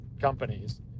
companies